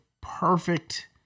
perfect